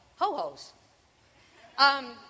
ho-hos